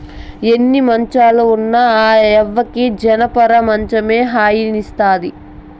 ఎన్ని మంచాలు ఉన్న ఆ యవ్వకి జనపనార మంచమే హాయినిస్తాది